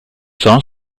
sono